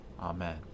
Amen